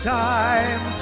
time